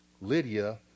Lydia